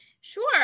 Sure